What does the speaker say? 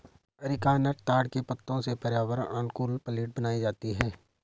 areca nut ताड़ के पत्तों से पर्यावरण अनुकूल प्लेट बनाई जाती है